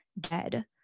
dead